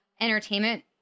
entertainment